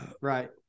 right